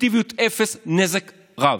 אפקטיביות אפס, נזק רב.